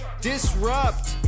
Disrupt